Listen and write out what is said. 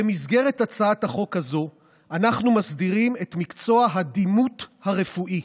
במסגרת הצעת החוק הזו אנחנו מסדירים את מקצוע הדימות הרפואי.